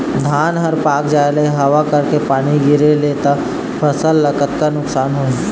धान हर पाक जाय ले हवा करके पानी गिरे ले त फसल ला कतका नुकसान होही?